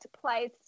place